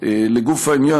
לגוף העניין,